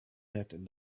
had